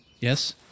Yes